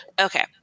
Okay